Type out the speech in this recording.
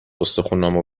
استخونامو